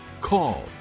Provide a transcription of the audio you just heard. call